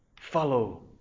Follow